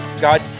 God